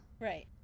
Right